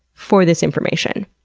for this information.